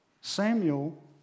Samuel